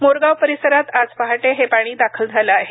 मोरगाव परिसरात आज पहाटे हे पाणी दाखल झाले आहे